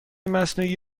مصنوعی